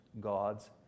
God's